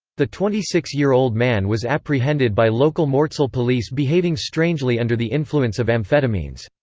the twenty six year old man was apprehended by local mortsel police behaving strangely under the influence of amphetamines.